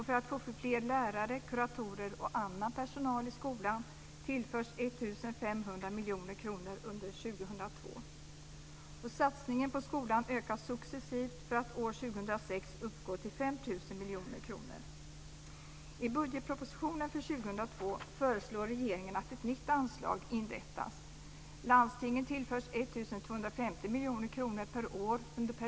För att få fler lärare och kuratorer och mer annan personal i skolan tillförs också 1,5 miljarder kronor under 2002. Satsningen på skolan ökas successivt för att år 2006 uppgå till 5 miljarder kronor.